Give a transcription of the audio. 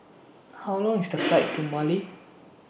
How Long IS The Flight to Mali